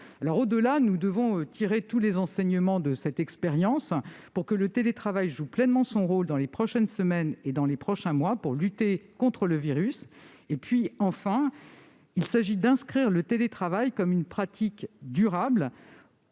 Au-delà, nous devons tirer tous les enseignements de cette expérience, pour que le télétravail joue pleinement son rôle, au cours des prochaines semaines et des prochains mois, dans la lutte contre le virus. Enfin, il s'agit d'inscrire le télétravail comme une pratique durable,